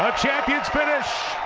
a champion's finish.